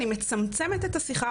אני מצמצמת את השיחה,